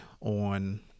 on